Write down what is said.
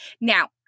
Now